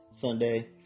Sunday